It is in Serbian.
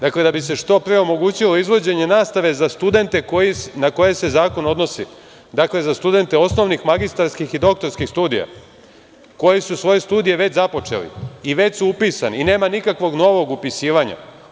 Dakle, da bi se što pre omogućilo izvođenje nastave za studente na koje se zakon odnosi, za studente osnovnih magistarskih i doktorskih studija koji su svoje studije već započeli i već su upisani i nema nikakvog novog upisivanja.